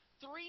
Three